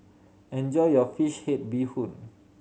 enjoy your fish head bee hoon